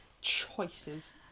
choices